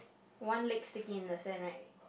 one leg sticking in the sand right